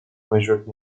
measured